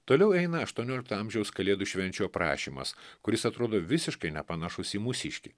toliau eina aštuoniolikto amžiaus kalėdų švenčių aprašymas kuris atrodo visiškai nepanašus į mūsiškį